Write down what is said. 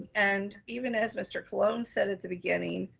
and even as mr. colon said at the beginning,